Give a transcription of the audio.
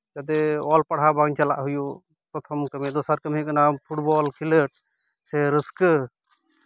ᱡᱟᱛᱮ ᱚᱞᱼᱯᱟᱲᱦᱟᱣ ᱵᱟᱝ ᱪᱟᱞᱟᱣ ᱦᱩᱭᱩᱜ ᱯᱨᱚᱛᱷᱚᱢ ᱠᱟᱹᱢᱤ ᱫᱚᱥᱟᱨ ᱠᱟᱹᱢᱤ ᱦᱩᱭᱩᱜ ᱠᱟᱱᱟ ᱯᱷᱩᱴᱵᱚᱞ ᱠᱷᱮᱞᱚᱸᱰ ᱥᱮ ᱨᱟᱹᱥᱠᱟᱹ